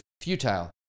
futile